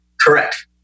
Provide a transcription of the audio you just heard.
Correct